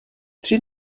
tři